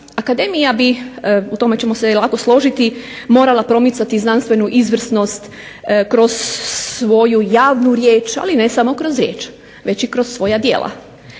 Akademija bi u tome ćemo se lako složiti morala promicati znanstvenu izvrsnost kroz svoju javnu riječ ali ne samo kroz riječ, već i kroz svoja djela.